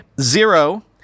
zero